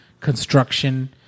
construction